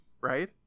right